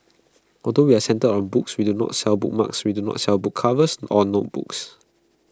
although we're centred on books we do not sell bookmarks we do not sell book covers or notebooks